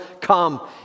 come